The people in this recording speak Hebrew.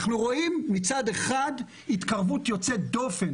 אנחנו רואים מצד אחד התקרבות יוצאת דופן,